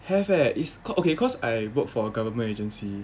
have eh it's cau~ okay cause I work for a government agency